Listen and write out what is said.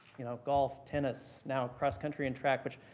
you know, golf, tennis, now cross country and track, which,